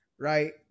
Right